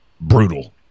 brutal